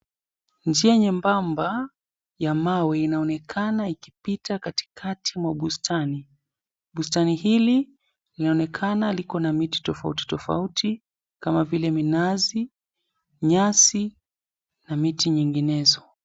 Njia nyembamba ya mawe inaonekana ikipita katikati mwa bustani. Bustani hili linaonekana liko na miti tofauti tofauti kama vile minazi, nyasi na miti nyinginezo.